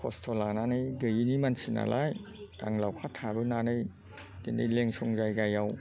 खस्थ' लानानै गैयैनि मानसि नालाय आं लावखार थाबोनानै दिनै लेंसुं जायगायाव